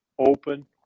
open